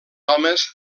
homes